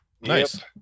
Nice